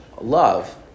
love